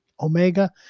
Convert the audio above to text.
Omega